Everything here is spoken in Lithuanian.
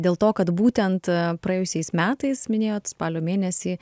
dėl to kad būtent praėjusiais metais minėjot spalio mėnesį